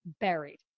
buried